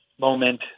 moment